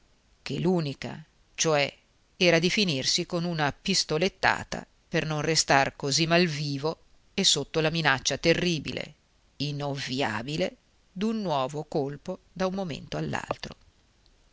che l'unica cioè era di finirsi con una pistolettata per non restar così malvivo e sotto la minaccia terribile inovviabile d'un nuovo colpo da un momento